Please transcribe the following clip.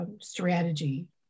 strategy